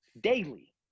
daily